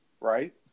Right